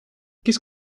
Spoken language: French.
qu’est